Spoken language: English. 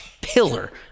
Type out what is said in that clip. pillar